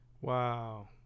Wow